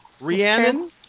Rhiannon